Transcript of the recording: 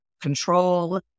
control